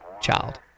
child